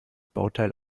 bauteil